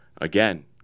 Again